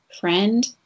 friend